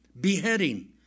beheading